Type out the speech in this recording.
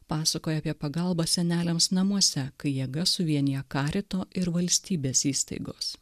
pasakoja apie pagalbą seneliams namuose kai jėgas suvienijo karito ir valstybės įstaigos